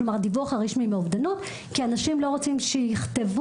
כלומר הדיווח הרשמי מאובדנות כי אנשים לא רוצים שיכתבו,